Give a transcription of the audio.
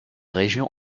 régions